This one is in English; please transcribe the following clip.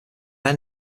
had